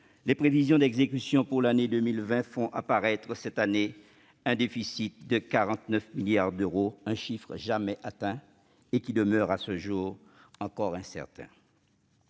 les prévisions d'exécution pour l'année 2020 font apparaître cette année un déficit de 49 milliards d'euros, chiffre jamais atteint, qui demeure à ce jour encore incertain.